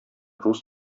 рус